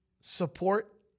support